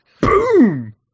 Boom